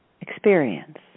experience